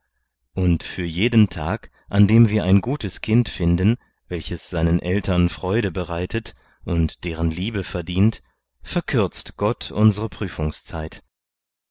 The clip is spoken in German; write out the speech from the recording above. und für jeden tag an dem wir ein gutes kind finden welches seinen eltern freude bereitet und deren liebe verdient verkürzt gott unsere prüfungszeit